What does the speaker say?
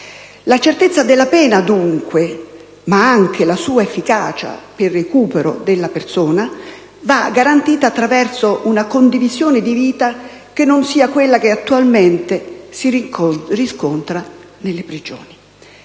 La certezza della pena, dunque, ma anche la sua efficacia per il recupero della persona, va garantita attraverso una condivisione di vita che non sia quella che attualmente si riscontra nelle prigioni.